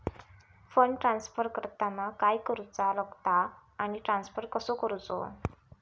Fund transfer करताना काय करुचा लगता आनी ट्रान्स्फर कसो करूचो?